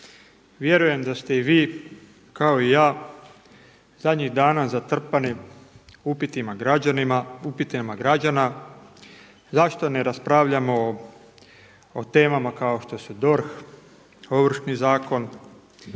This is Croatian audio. Vjerujem da ste i vi kao i ja zadnjih dana zatrpani upitima građana, zašto ne raspravljamo o temama kao što su DORH, Ovršni zakon,